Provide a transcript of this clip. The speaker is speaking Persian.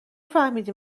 فهمیدی